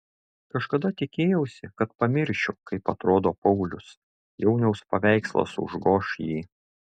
kažkada tikėjausi kad pamiršiu kaip atrodo paulius jauniaus paveikslas užgoš jį